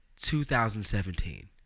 2017